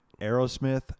Aerosmith